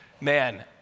Man